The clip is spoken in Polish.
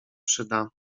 przyda